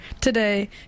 today